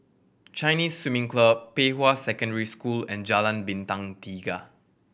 Chinese Swimming Club Pei Hwa Secondary School and Jalan Bintang Tiga